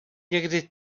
někdy